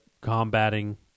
combating